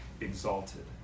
exalted